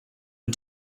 and